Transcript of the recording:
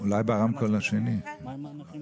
מובן מאליו.